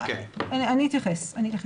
אני אתייחס לזה.